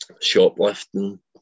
shoplifting